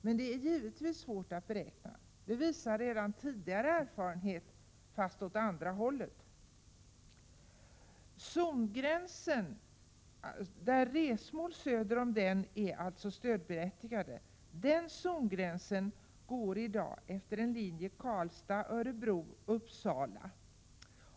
Men givetvis är det svårt att göra beräkningar. Det visar redan tidigare erfarenheter —- men då åt andra hållet. Resor till mål söder om zongränsen är stödberättigade. Zongränsen går i dag längs linjen Karlstad-Örebro-Uppsala.